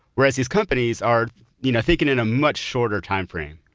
whereas these companies are you know thinking in a much shorter time frame